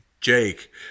Jake